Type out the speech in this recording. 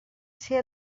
ser